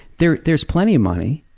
there there is plenty of money,